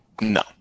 no